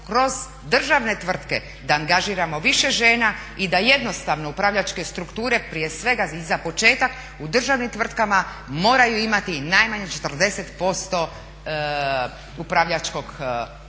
kroz državne tvrtke da angažiramo više žena i da jednostavno upravljačke strukture prije svega i za početak u državnim tvrtkama moraju imati najmanje 40% upravljačkog kadra